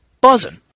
buzzing